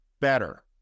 better